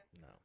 No